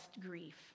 grief